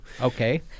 Okay